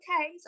okay